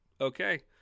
Okay